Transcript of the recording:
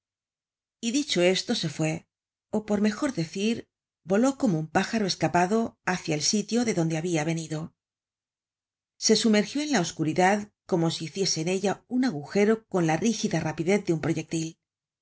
y dicho esto se fué ó por mejor decir voló como un pájaro escapado hacia el sitio de donde habia venido se sumergió en la oscuridad como si hiciese en ella un agujero oon la rígida rapidez de un proyectil